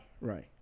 right